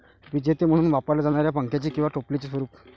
विजेते म्हणून वापरल्या जाणाऱ्या पंख्याचे किंवा टोपलीचे स्वरूप